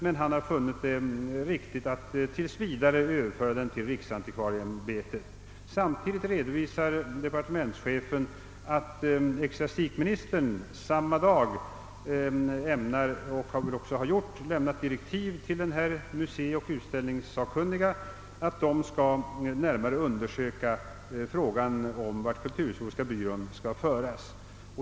Han har dock funnit det riktigt att tills vidare överföra byrån till riksantikvarieämbetet. Samtidigt redovisar departementschefen, att ecklesiastikministern samma dag ämnade lämna direktiv till museioch utställningssakkunniga, att de närmare skall undersöka frågan om vart kulturhistoriska byrån skall föras.